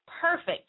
perfect